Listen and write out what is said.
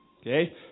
Okay